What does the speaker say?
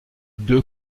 deux